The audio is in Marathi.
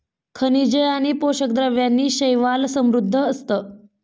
खनिजे आणि पोषक द्रव्यांनी शैवाल समृद्ध असतं